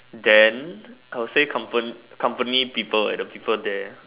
then I will say compan~ company people at the people there